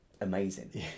amazing